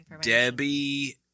Debbie –